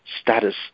status